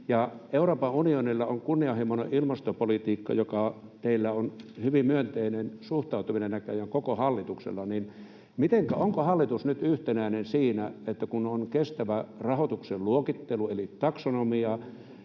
Euroopan unionilla on kunnianhimoinen ilmastopolitiikka, johon teillä koko hallituksella on hyvin myönteinen suhtautuminen näköjään, niin mitenkä on, onko hallitus nyt yhtenäinen siinä, että kun on kestävä rahoituksen luokittelu eli taksonomia